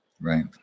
right